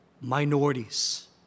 minorities